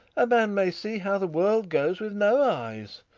a man may see how the world goes with no eyes.